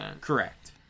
Correct